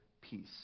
peace